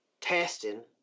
testing